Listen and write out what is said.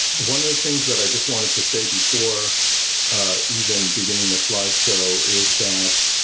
one of the things that i just wanted to say before even beginning the slideshow is that,